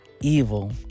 evil